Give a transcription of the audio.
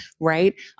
right